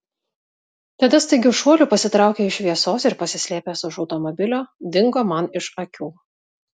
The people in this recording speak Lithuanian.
tada staigiu šuoliu pasitraukė iš šviesos ir pasislėpęs už automobilio dingo man iš akių